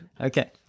Okay